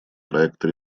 проекта